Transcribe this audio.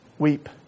Weep